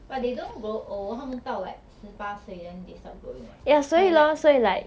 but they don't grow old 他们到 like 十八岁 then they stop growing what like twilight